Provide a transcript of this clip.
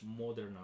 modern